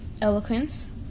Eloquence